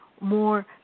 more